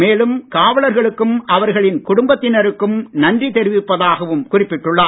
மேலும் காவலர்களுக்கும் அவர்களின் குடும்பத்தினருக்கும் நன்றி தெரிவிப்பதாகவும் குறிப்பிட்டுள்ளார்